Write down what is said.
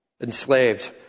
Enslaved